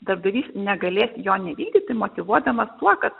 darbdavys negalės jo nevykdyti motyvuodamas tuo kad